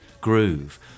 groove